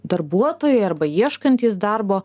darbuotojai arba ieškantys darbo